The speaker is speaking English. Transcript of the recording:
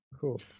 Cool